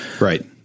right